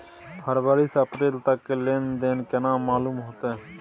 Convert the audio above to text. फरवरी से अप्रैल तक के लेन देन केना मालूम होते?